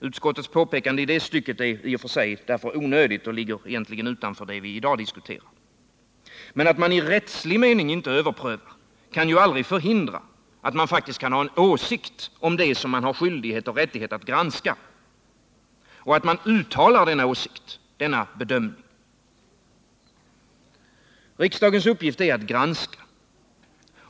Utskottets påpekande i det stycket är i och för sig onödigt och ligger egentligen utanför det vi i dag diskuterar. Men att man i rättslig mening inte överprövar kan ju aldrig förhindra att man kan ha en åsikt om det man har skyldighet och rättighet att granska och att man uttalar denna åsikt, denna bedömning. Riksdagens uppgift är att granska.